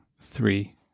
three